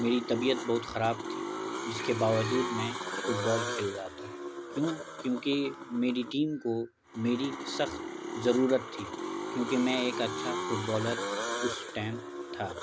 میری طبیعت بہت خراب تھی جس کے باوجود میں فٹ بال کھیل رہا تھا کیوں کیونکہ میری ٹیم کو میری سخت ضرورت تھی کیونکہ میں ایک اچھا فٹ بالر اس ٹائم تھا